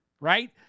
right